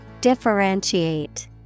Differentiate